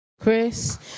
Chris